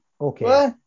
okay